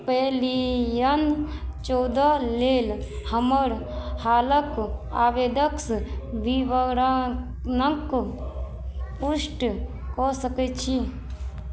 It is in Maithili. पलियन चौदह लेल हमर हालक आवेदक्स विवरणक पुष्ट कऽ सकय छी